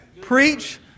Preach